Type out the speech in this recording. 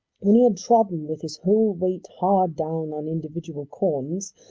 when he had trodden with his whole weight hard down on individual corns,